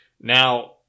Now